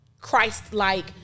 Christ-like